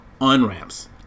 Unramps